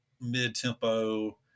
mid-tempo